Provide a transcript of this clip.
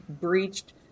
breached